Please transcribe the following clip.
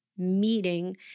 Meeting